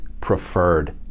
preferred